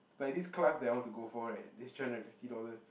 like this class that I want to go for right this three hundred and fifty dollar